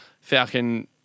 Falcon